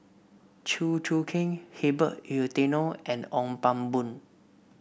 Chew Choo Keng Herbert Eleuterio and Ong Pang Boon